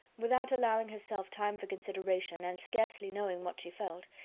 without allowing herself time for consideration, and scarcely knowing what she felt,